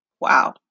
Wow